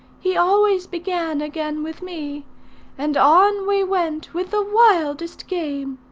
he always began again with me and on we went with the wildest games.